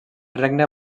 regne